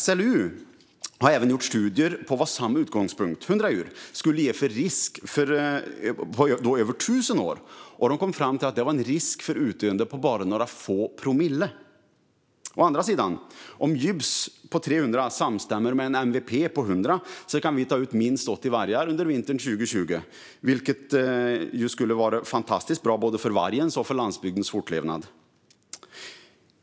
SLU har även gjort studier på vad samma utgångspunkt, 100 djur, skulle ge för risk över 1 000 år. De kom fram till att det var en risk för utdöende på bara några få promille. Å andra sidan: Om GYBS på 300 samstämmer med en MVP på 100 kan vi ta ut minst 80 vargar under vintern 2020, vilket skulle vara fantastiskt bra för både vargens och landsbygdens fortlevnad.